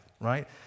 right